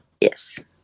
Yes